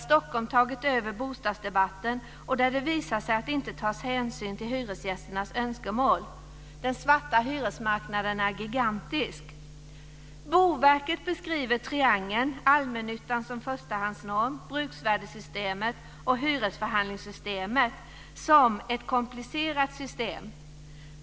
Stockholm har tagit över bostadsdebatten och det visar sig att det inte tas hänsyn till hyresgästernas önskemål. Den svarta hyresmarknaden är gigantisk. Boverket beskriver en triangel med allmännyttan som förstahandsnorm, bruksvärdessystemet och hyresförhandlingssystemet som ett komplicerat system.